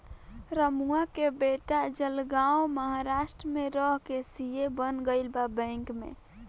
रमुआ के बेटा जलगांव महाराष्ट्र में रह के सी.ए बन गईल बा बैंक में